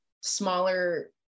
smaller